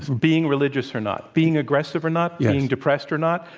being religious or not, being aggressive or not, yeah being depressed or not?